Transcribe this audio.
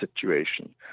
situation